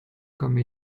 comme